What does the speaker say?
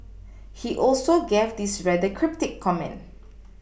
he also gave this rather cryptic comment